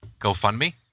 GoFundMe